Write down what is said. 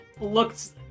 looks